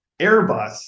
Airbus